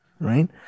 Right